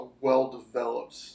well-developed